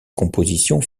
compositions